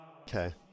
Okay